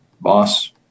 boss